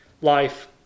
life